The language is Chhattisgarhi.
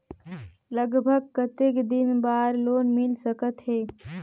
लगभग कतेक दिन बार लोन मिल सकत हे?